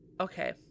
Okay